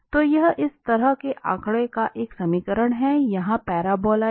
तो यह इस तरह के आंकड़े का एक समीकरण है यहाँ पैराबोलोइड